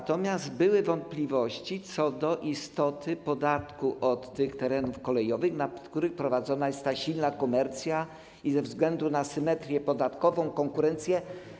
Natomiast były wątpliwości co do istoty podatku od terenów kolejowych, na których prowadzona jest silna komercja i ze względu na symetrię podatkową, konkurencję.